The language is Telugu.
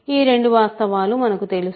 ఈ రెండు వాస్తవాలు మనకు తెలుసు